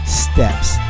steps